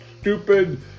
stupid